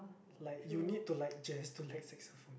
like you need to like Jazz to like saxophone